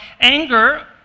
anger